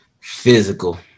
Physical